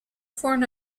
form